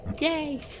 Yay